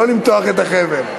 לא למתוח את החבל.